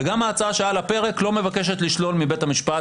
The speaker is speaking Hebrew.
וגם ההצעה שעל הפרק לא מבקשת לשלול מבית המשפט,